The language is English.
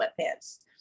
sweatpants